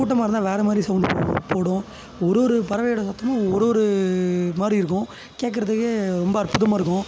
கூட்டமாக இருந்தால் வேற மாதிரி சௌண்டு போ போடும் ஒரு ஒரு பறவையோட சத்தமும் ஒரு ஒரு மாதிரி இருக்கும் கேட்கறதுக்கே ரொம்ப அற்புதமாக இருக்கும்